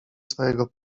swojego